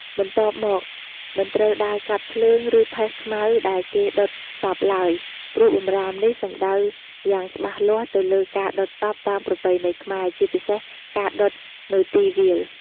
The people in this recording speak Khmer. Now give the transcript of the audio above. បន្ទាប់មក មិនត្រូវដើរកាត់ភ្លើង ឬផេះខ្មៅដែលគេដុតសពឡើយ ព្រោះបម្រាមនេះសំដៅយ៉ាងច្បាស់លាស់ទៅលើការដុតសពតាមប្រពៃណីខ្មែរ ជាពិសេសការដុតនៅទីវាល។